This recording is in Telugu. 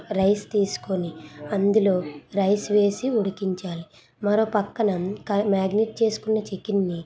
రైస్ తీసుకొని అందులో రైస్ వేసి ఉడికించాలి మరో పక్కన క మాగ్నెట్ చేసుకున్న చికెన్ని